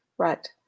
Right